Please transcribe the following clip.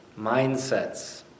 mindsets